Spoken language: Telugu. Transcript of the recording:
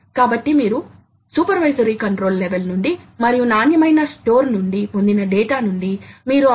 కాబట్టి అవి సాధారణంగా స్థిరంగా ఉంటే ఫీడ్ డ్రైవ్ లో స్థిరమైన టార్క్ ఆపరేషన్ అవసరం